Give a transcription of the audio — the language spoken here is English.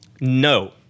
No